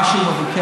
מה שהוא מבקש,